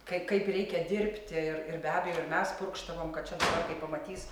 kai kaip reikia dirbti ir ir be abejo ir mes purkštavom kad čia dabar kai pamatys